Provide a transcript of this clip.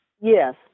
Yes